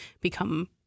become